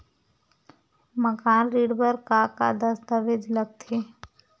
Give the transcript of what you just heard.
मकान ऋण बर का का दस्तावेज लगथे?